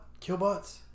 Killbots